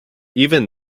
even